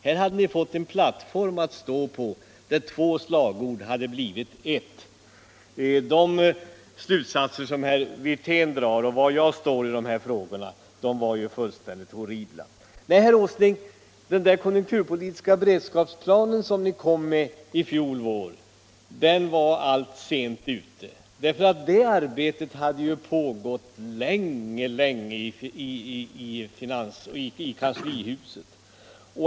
Här har ni fått en gemensam plattform att stå på, där två slagord har blivit ett. Men de slutsatser som herr Wirtén drog om var jag står i dessa frågor var ju fullständigt horribla! Så några ord till herr Åsling. Nej, herr Åsling, den konjunkturpolitiska beredskapsplan som ni presenterade i fjol vår var ni väl sent ute med, för det arbetet hade pågått mycket länge i kanslihuset.